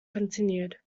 continued